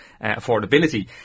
affordability